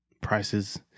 prices